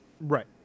Right